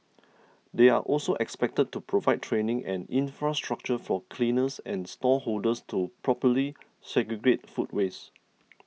they are also expected to provide training and infrastructure for cleaners and stall holders to properly segregate food waste